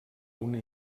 una